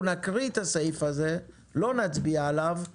אנחנו נקרא את הסעיף הזה אך לא נצביע עליו.